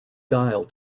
dial